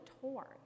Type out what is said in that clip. torn